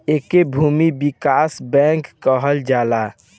एके भूमि विकास बैंक कहल जाला